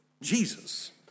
Jesus